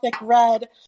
Red